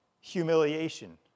humiliation